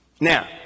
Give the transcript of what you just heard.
Now